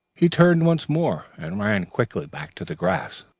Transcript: he turned once more, and ran quickly back to the grass,